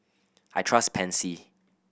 I trust Pansy